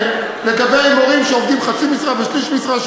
לגבי מורים שעובדים חצי משרה ושליש משרה,